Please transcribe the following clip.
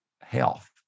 health